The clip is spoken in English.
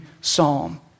psalm